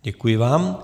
Děkuji vám.